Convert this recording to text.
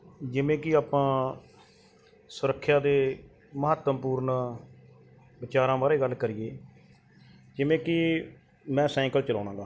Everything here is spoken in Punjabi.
ਜਿਵੇਂ ਕਿ ਆਪਾਂ ਸੁਰੱਖਿਆ ਦੇ ਮਹੱਤਵਪੂਰਨ ਵਿਚਾਰਾਂ ਬਾਰੇ ਗੱਲ ਕਰੀਏ ਜਿਵੇਂ ਕਿ ਮੈਂ ਸਾਈਕਲ ਚਲਾਉਂਦਾ ਗਾ